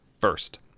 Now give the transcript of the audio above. first